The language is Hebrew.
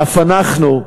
ואף אנחנו,